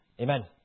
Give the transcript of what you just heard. Amen